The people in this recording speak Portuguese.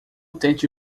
tente